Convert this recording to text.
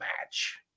match